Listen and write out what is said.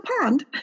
pond